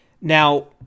Now